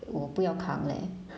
我不要扛 leh